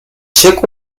check